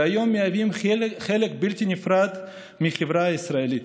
והיום מהווים חלק בלתי נפרד מהחברה הישראלית.